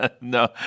No